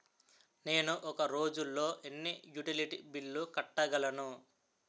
నేను ఒక రోజుల్లో ఎన్ని యుటిలిటీ బిల్లు కట్టగలను?